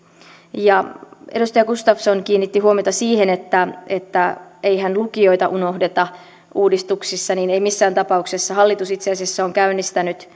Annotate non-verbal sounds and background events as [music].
edustaja gustafsson kiinnitti huomiota siihen että että eihän lukioita unohdeta uudistuksissa ei missään tapauksessa hallitus itse asiassa on käynnistänyt [unintelligible]